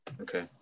Okay